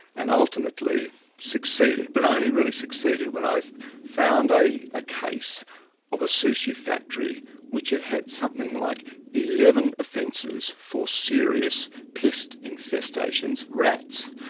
and ultimately succeeded, but only really succeeded when i found a case of a sushi factory which had had something like eleven offences for serious pest infestations, rats,